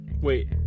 Wait